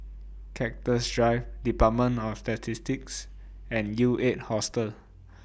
Cactus Drive department of Statistics and U eight Hostel